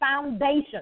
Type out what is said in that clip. Foundation